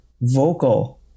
vocal